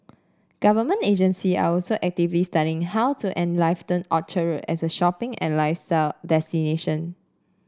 government agency are also actively studying how to enliven Orchard Road as a shopping and lifestyle destination